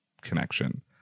connection